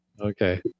Okay